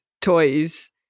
toys